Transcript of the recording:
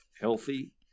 healthy